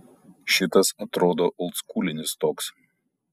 šitas atrodo oldskūlinis toks